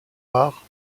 rare